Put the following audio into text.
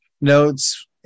notes